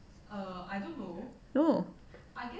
no